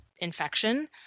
infection